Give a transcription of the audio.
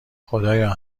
خدایا